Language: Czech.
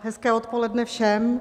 Hezké odpoledne všem.